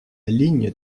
ligne